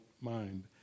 mind